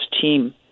team